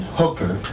hooker